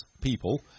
people